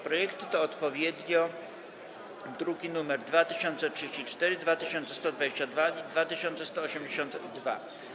Projekty to odpowiednio druki nr 2034, 2122 i 2182.